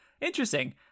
interesting